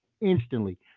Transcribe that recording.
instantly